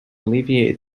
alleviate